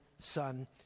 Son